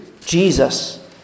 Jesus